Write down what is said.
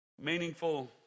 meaningful